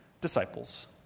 disciples